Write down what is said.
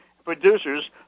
Producers